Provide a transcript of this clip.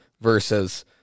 versus